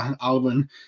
Alvin